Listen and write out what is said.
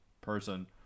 person